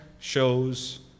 shows